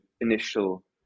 initial